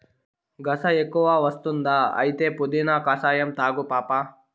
గస ఎక్కువ వస్తుందా అయితే పుదీనా కషాయం తాగు పాపా